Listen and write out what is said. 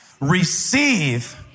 receive